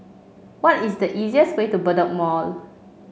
what is the easiest way to Bedok Mall